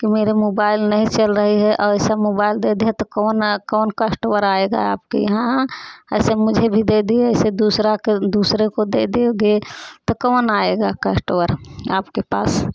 कि मेरे मोबाइल नहीं चल रही है और ऐसा मोबाइल दे दिया तो कौन कौन कस्टमर आएगा आपके यहाँ ऐसे मुझे भी दे दिए ऐसे दूसरा का दूसरे को दे देंगे तो कौन आएगा कस्टमर आपके पास